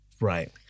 Right